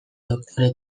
doktore